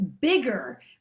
bigger